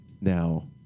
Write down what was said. Now